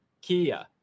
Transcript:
Kia